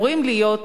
תודה רבה לך.